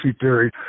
theory